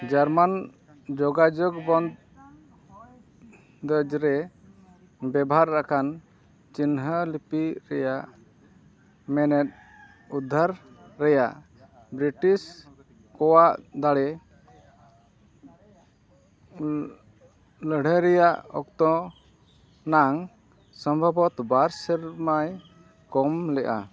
ᱡᱟᱨᱢᱟᱱ ᱡᱳᱜᱟᱡᱳᱜᱽ ᱵᱚᱱ ᱫᱮᱡᱽ ᱨᱮ ᱵᱮᱵᱚᱦᱟᱨ ᱟᱠᱟᱱ ᱪᱤᱱᱦᱟᱹ ᱞᱤᱯᱤ ᱨᱮᱭᱟᱜ ᱢᱮᱱᱮᱫ ᱩᱫᱽᱫᱷᱟᱨ ᱨᱮᱭᱟᱜ ᱵᱨᱤᱴᱤᱥ ᱠᱚᱣᱟᱜ ᱫᱟᱲᱮ ᱞᱟᱹᱲᱦᱟᱹᱭ ᱨᱮᱭᱟᱜ ᱚᱠᱛᱚ ᱱᱟᱝ ᱥᱚᱢᱵᱷᱚᱵᱚᱛ ᱵᱟᱨ ᱥᱮᱨᱢᱟᱭ ᱠᱚᱢ ᱞᱮᱜᱼᱟ